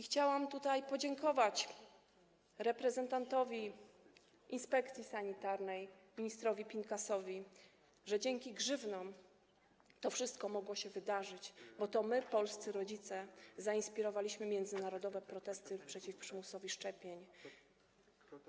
Chciałam tutaj podziękować reprezentantowi inspekcji sanitarnej ministrowi Pinkasowi, że dzięki grzywnom to wszystko mogło się wydarzyć, bo to my, polscy rodzice, zainspirowaliśmy międzynarodowe protesty przeciw przymusowi szczepień.